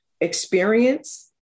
experience